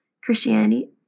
Christianity